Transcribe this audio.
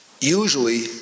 Usually